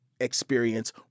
experience